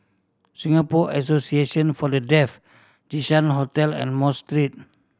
Singapore Association For The Deaf Jinshan Hotel and Mosque Street